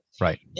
Right